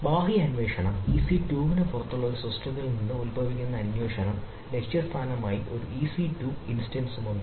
ബാഹ്യ അന്വേഷണം ഇസി 2 ന് പുറത്തുള്ള ഒരു സിസ്റ്റത്തിൽ നിന്ന് ഉത്ഭവിക്കുന്ന അന്വേഷണം ലക്ഷ്യസ്ഥാനമായി ഒരു ഇസി 2 ഇൻസ്റ്റൻസ്മുണ്ട്